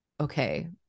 okay